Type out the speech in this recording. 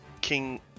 king